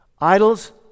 Idols